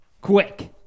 Quick